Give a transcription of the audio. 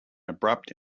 abrupt